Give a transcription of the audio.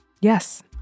Yes